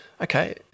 okay